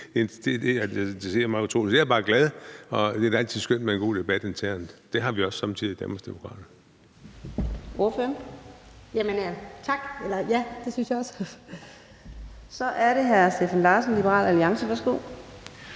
Jeg er bare glad, og det er da altid skønt med en god debat internt. Det har vi også somme tider i Danmarksdemokraterne.